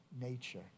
nature